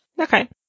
Okay